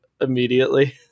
immediately